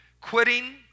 Quitting